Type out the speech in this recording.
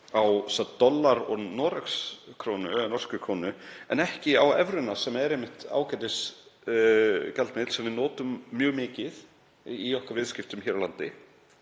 á dollar og norska krónu en ekki á evruna, sem er einmitt ágætisgjaldmiðill sem við notum mjög mikið í okkar viðskiptum hér á landi